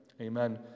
Amen